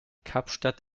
kapstadt